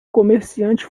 comerciante